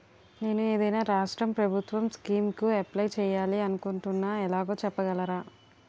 నేను ఏదైనా రాష్ట్రం ప్రభుత్వం స్కీం కు అప్లై చేయాలి అనుకుంటున్నా ఎలాగో చెప్పగలరా?